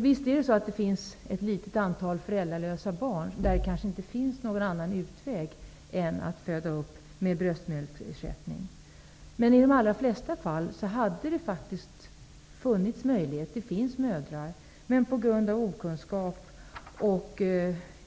Visst finns det ett litet antal föräldralösa barn som det inte finns någon annan utväg för än att bli uppfödda med bröstmjölksersättning. Men i de allra flesta fall hade det faktiskt funnits möjligheter. Det finns mödrar. Men på grund av okunskap och